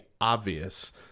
obvious